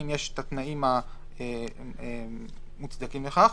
אם יש את התנאים המוצדקים לכך.